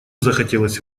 захотелось